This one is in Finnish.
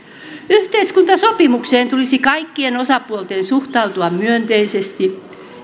yhteiskuntasopimukseen tulisi kaikkien osapuolten suhtautua myönteisesti